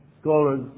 scholars